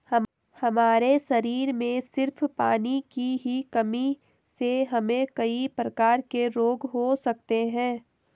हमारे शरीर में सिर्फ पानी की ही कमी से हमे कई प्रकार के रोग हो सकते है